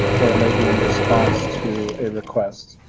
or maybe in response to a request.